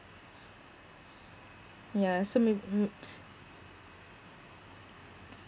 yeah so may mm